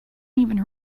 even